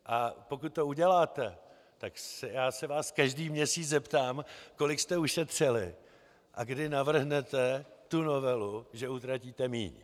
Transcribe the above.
A pokud to uděláte, tak se vás každý měsíc zeptám, kolik jste ušetřili a kdy navrhnete tu novelu, že utratíte míň.